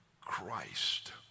Christ